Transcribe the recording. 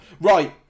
Right